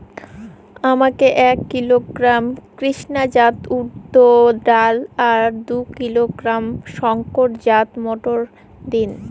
আমাকে এক কিলোগ্রাম কৃষ্ণা জাত উর্দ ডাল আর দু কিলোগ্রাম শঙ্কর জাত মোটর দিন?